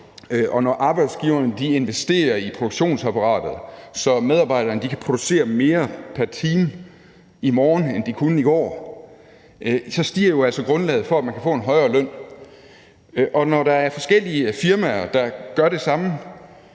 og når arbejdsgiveren investerer i produktionsapparatet, så medarbejderne kan producere mere pr. time i morgen, end de kunne i går, så stiger grundlaget jo for, at man kan få en højere løn. Når der er forskellige firmaer, der gør det samme,